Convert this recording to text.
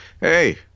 hey